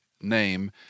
name